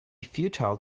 futile